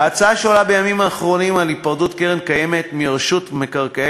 ההצעה שעולה בימים האחרונים על היפרדות הקרן הקיימת מרשות מקרקעי